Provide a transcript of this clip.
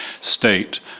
state